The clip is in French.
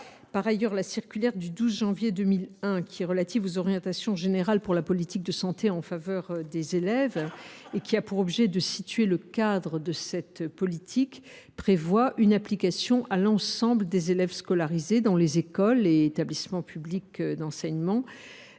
Par ailleurs, la circulaire du 12 janvier 2001 relative aux orientations générales pour la politique de santé en faveur des élèves, qui a pour objet de fixer le cadre de cette politique, prévoit une application à l’ensemble des élèves scolarisés dans les écoles, les établissements publics d’enseignement,